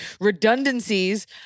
Redundancies